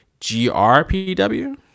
GRPW